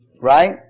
Right